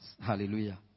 Hallelujah